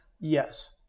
Yes